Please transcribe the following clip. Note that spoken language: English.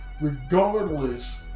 regardless